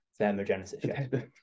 thermogenesis